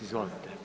Izvolite.